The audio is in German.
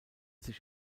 sich